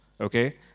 okay